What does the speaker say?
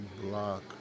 block